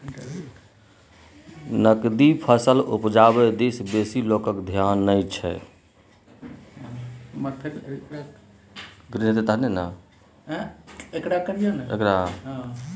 नकदी फसल उपजाबै दिस बेसी लोकक धेआन नहि छै